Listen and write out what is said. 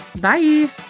Bye